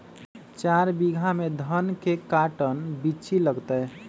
चार बीघा में धन के कर्टन बिच्ची लगतै?